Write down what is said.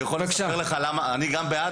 גם אני בעד,